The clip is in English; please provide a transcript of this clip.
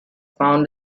found